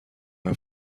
همه